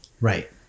Right